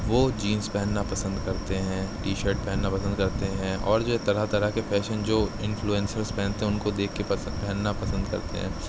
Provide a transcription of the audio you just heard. وہ جینس پہننا پسند کرتے ہیں ٹی شرٹ پہننا پسند کرتے ہیں اور جو ہے طرح طرح کے فیشن جو انفلوئینسیز پہنتے ہیں ان کو دیکھ کے پسند پہننا پسند کرتے ہیں